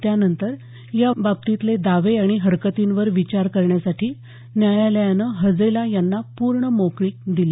त्यानंतर या बाबतीतले दावे आणि हरकतींवर विचार करण्यासाठी न्यायालयानं हजेला यांना पूर्ण मोकळीक दिली